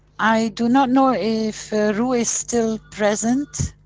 i do not know if rui is still present